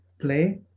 play